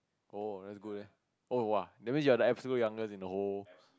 oh that's good leh oh !wah! that means you're the absolute youngest in the whole